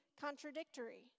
contradictory